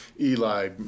Eli